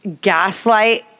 gaslight